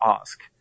ask